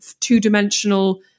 two-dimensional